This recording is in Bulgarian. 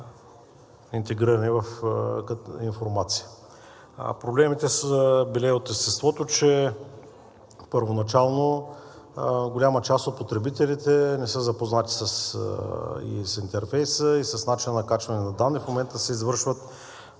интегриране в информация. Проблемите са били от естеството, че първоначално голяма част от потребителите не са запознати с интерфейса и с начина на качване на данни. В момента се извършват